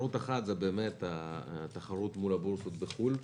תחרות אחת זו התחרות מול הבורסות בחו"ל,